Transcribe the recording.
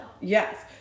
Yes